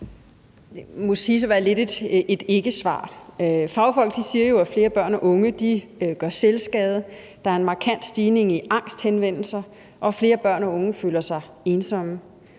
Det må siges at være lidt et ikkesvar. Fagfolk siger jo, at flere børn og unge gør selvskade. Der er en markant stigning i henvendelser om angst. Og flere børn og unge føler sig ensomme.